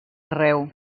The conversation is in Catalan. arreu